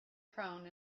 prone